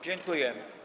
Dziękuję.